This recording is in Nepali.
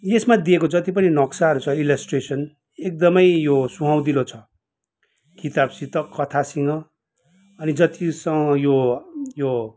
यसमा दिएको जत्ति पनि नक्साहरू छ इलसट्रेसन एकदमै यो सुहाउँदिलो छ किताबसित कथासँग अनि जत्ति स यो यो